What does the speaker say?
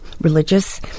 religious